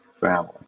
family